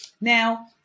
now